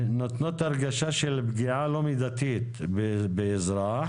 פעולות שנותנות הרגשה של פגיעה לא מידתית באזרח,